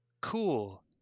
cool